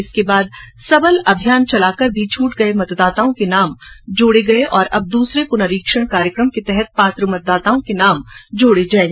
इसके बाद सबल अभियान चलाकर मी छूट गये मतदाताओं के नाम जोड़े गए और अब दूसरे पुनरीक्षण कार्यक्रम के तहत पात्र मतदाताओं के नाम जोड़े जाएंगे